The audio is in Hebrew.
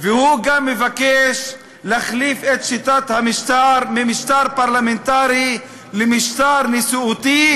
והוא גם מבקש להחליף את שיטת המשטר ממשטר פרלמנטרי למשטר נשיאותי,